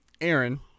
Aaron